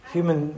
Human